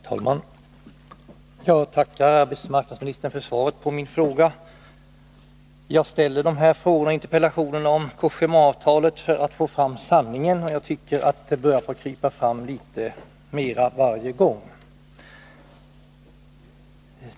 Herr talman! Jag tackar arbetsmarknadsministern för svaret på min fråga. Tag har i interpellationen ställt frågorna om Cogéma-avtalet för att få fram sanningen — jag tycker det börjar krypa fram litet mer av den varje gång.